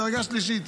בדרגה שלישית.